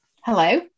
Hello